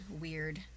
weird